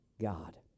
God